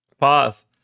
Pause